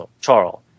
Charles